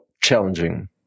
challenging